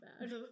bad